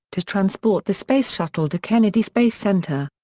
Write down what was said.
to transport the space shuttle to kennedy space center.